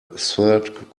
third